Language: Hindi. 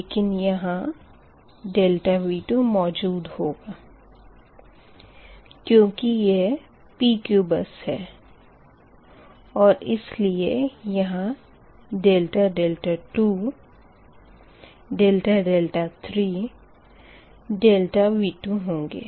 लेकिन यहाँ ∆V2 मौजूद होगा क्योंकि यह PQ बस है और इसीलिए यहाँ ∆2 ∆δ3 ∆V2 होंगे